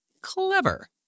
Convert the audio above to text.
Clever